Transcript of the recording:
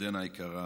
ירדנה היקרה,